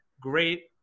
great